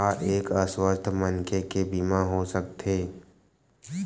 का एक अस्वस्थ मनखे के बीमा हो सकथे?